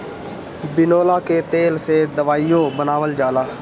बिनौला के तेल से दवाईओ बनावल जाला